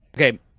Okay